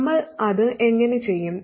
നമ്മൾ അത് എങ്ങനെ ചെയ്യും